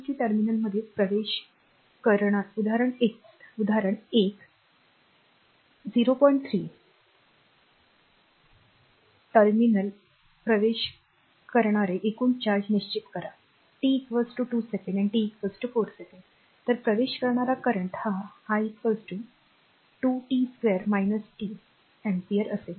3 टर्मिनलमध्ये प्रवेश करणारे एकूण चार्ज निश्चित करा t 2 second and t 4 secondतर प्रवेश करणारा करेंट हा i 2 t2 t ampere असेल